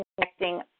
connecting